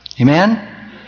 Amen